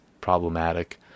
problematic